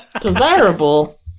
Desirable